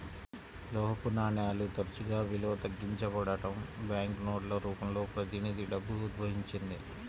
లోహపు నాణేలు తరచుగా విలువ తగ్గించబడటం, బ్యాంకు నోట్ల రూపంలో ప్రతినిధి డబ్బు ఉద్భవించింది